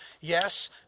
yes